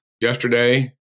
yesterday